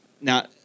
now